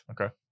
Okay